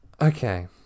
Okay